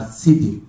city